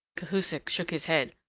cahusac shook his head.